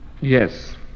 Yes